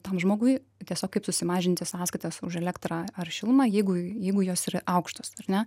tam žmogui tiesiog kaip susimažinti sąskaitas už elektrą ar šilumą jeigu jeigu jos yra aukštos ar ne